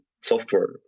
software